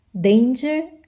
danger